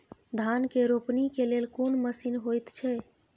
धान के रोपनी के लेल कोन मसीन होयत छै?